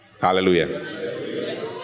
Hallelujah